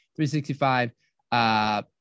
365